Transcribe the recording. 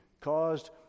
caused